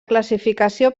classificació